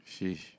Sheesh